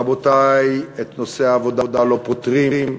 רבותי, את נושא העבודה לא פותרים,